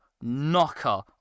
knocker